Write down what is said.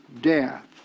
death